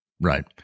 Right